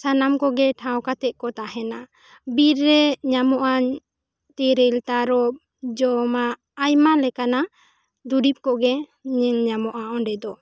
ᱥᱟᱱᱟᱢ ᱠᱚᱜᱮ ᱴᱷᱟᱶ ᱠᱟᱛᱮᱜ ᱠᱚ ᱛᱟᱦᱮᱱᱟ ᱵᱤᱨ ᱨᱮ ᱧᱟᱢᱚᱜ ᱟᱱ ᱛᱤᱨᱤᱞ ᱛᱟᱨᱚᱜ ᱡᱚᱢᱟᱜ ᱟᱭᱢᱟ ᱞᱮᱠᱟᱱᱟ ᱫᱩᱨᱤᱵᱽ ᱠᱚ ᱜᱮ ᱧᱮᱞ ᱧᱟᱢᱚᱜᱼᱟ ᱚᱸᱰᱮ ᱫᱚ